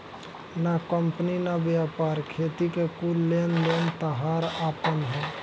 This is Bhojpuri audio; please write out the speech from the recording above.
ना कंपनी ना व्यापार, खेती के कुल लेन देन ताहार आपन ह